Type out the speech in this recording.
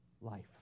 life